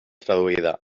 traduïda